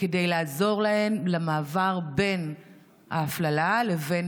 כדי לעזור להן במעבר בין ההפללה לבין